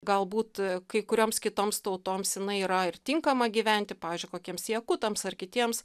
galbūt kai kurioms kitoms tautoms jinai yra ir tinkama gyventi pavyzdžiui kokiems jakutams ar kitiems